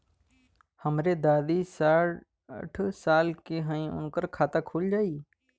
हमरे दादी साढ़ साल क हइ त उनकर खाता खुल जाई?